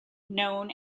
known